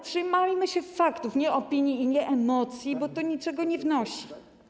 Trzymajmy się faktów, nie opinii i emocji, bo to nic nie wnosi.